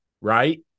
right